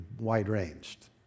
wide-ranged